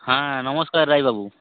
হ্যাঁ নমস্কার রায়বাবু